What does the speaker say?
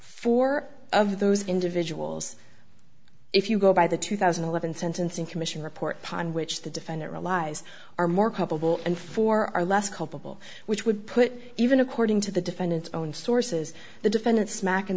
four of those individuals if you go by the two thousand and eleven sentencing commission report paan which the defendant relies are more culpable and for are less culpable which would put even according to the defendant's own sources the defendant smack in